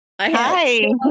Hi